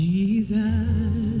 Jesus